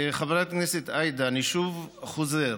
חברת הכנסת עאידה, אני שוב חוזר: